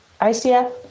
ICF